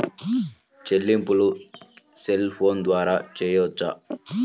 చెల్లింపులు cell phone ద్వారా చేయవచ్చా?